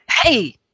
hey